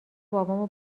بابامو